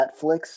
Netflix